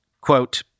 Quote